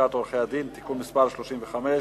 לשכת עורכי-הדין (תיקון מס' 35)